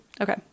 Okay